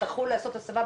שתצטרכו לעשות הסבה?